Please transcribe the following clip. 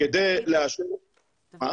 רק